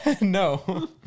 no